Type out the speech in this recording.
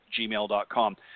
gmail.com